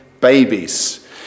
babies